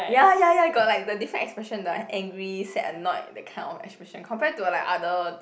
ya ya ya got like the different expression like angry sad annoyed that kind of expression compare to like other